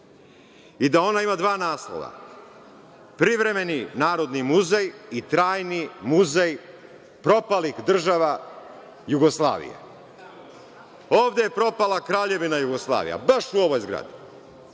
i da ona ima dva naslova. Privremeni narodni muzej i trajni muzej propalih država Jugoslavije. Ovde je propala Kraljevina Jugoslavija, baš u ovoj zgradi.